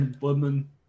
woman